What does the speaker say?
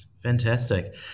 Fantastic